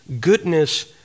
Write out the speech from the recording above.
goodness